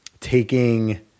taking